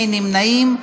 אין נמנעים.